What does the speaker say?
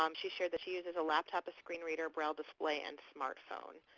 um she shared that she uses a laptop, screen reader, browser display and smartphone.